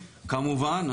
כמובן,